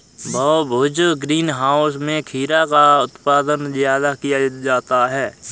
बहुभुज green house में खीरा का उत्पादन ज्यादा किया जाता है